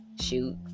shoot